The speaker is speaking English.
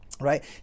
Right